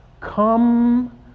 Come